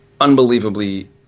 unbelievably